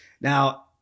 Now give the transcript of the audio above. Now